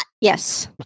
yes